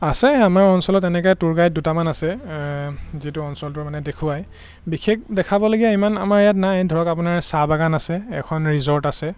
আছে আমাৰ অঞ্চলত এনেকৈ টুৰ গাইড দুটামান আছে যিটো অঞ্চলটোৰ মানে দেখুৱাই বিশেষ দেখাবলগীয়া ইমান আমাৰ ইয়াত নাই ধৰক আপোনাৰ চাহ বাগান আছে এখন ৰিজৰ্ট আছে